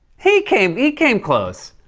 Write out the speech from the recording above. he came he came close.